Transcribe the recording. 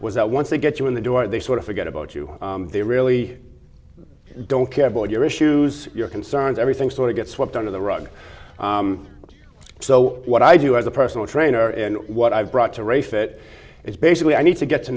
was that once they get you in the door they sort of forget about you they really don't care about your issues your concerns everything sort of gets swept under the rug so what i do as a personal trainer and what i've brought to race that is basically i need to get to